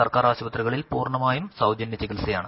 സർക്കാർ ആശുപത്രികളിൽ പൂർണമായും സൌജന്യ ചികിത്സയാണ്